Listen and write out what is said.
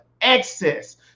excess